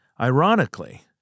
Ironically